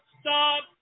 stop